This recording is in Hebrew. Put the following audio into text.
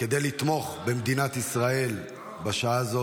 כדי לתמוך במדינת ישראל בשעה הזאת.